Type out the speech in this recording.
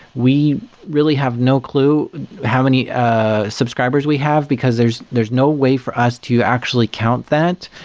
we really have no clue how many subscribers we have, because there's there's no way for us to actually count that,